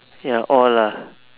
ya all lah